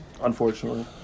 Unfortunately